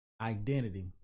identity